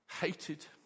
hated